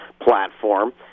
platform